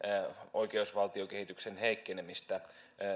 oikeusvaltiokehityksen heikkenemistä